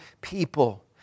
people